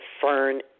Fern